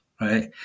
Right